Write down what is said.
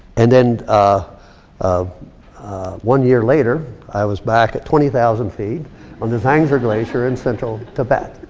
and and ah um one year later, i was back at twenty thousand feet on the zangser glacier in central tibet.